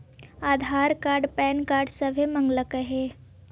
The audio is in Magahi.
आधार कार्ड पैन कार्ड सभे मगलके हे?